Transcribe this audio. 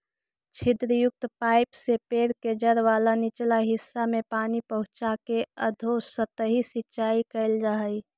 छिद्रयुक्त पाइप से पेड़ के जड़ वाला निचला हिस्सा में पानी पहुँचाके अधोसतही सिंचाई कैल जा हइ